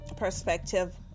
perspective